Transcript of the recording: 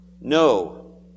No